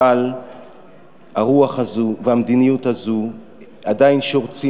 אבל הרוח הזאת והמדיניות הזאת עדיין שורצות